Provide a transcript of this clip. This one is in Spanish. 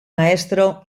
maestro